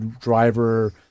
driver